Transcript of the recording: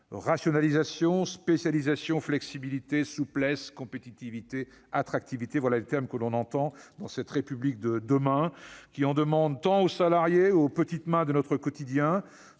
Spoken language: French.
Rationalisation, spécialisation, flexibilité, souplesse, compétitivité, attractivité ... Ce sont les termes que l'on entend dans cette République de demain, qui en demande tant aux salariés, aux petites mains de notre quotidien,